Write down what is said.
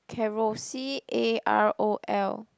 Carol c_a_r_o_l